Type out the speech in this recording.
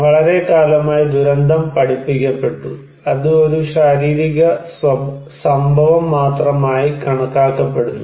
വളരെക്കാലമായി ദുരന്തം പഠിപ്പിക്കപ്പെട്ടു അത് ഒരു ശാരീരിക സംഭവം മാത്രമായി കണക്കാക്കപ്പെടുന്നു